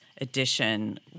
edition